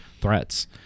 threats